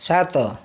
ସାତ